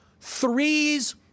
threes